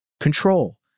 Control